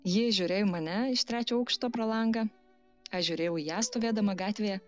ji žiūrėjo į mane iš trečio aukšto pro langą aš žiūrėjau į ją stovėdama gatvėje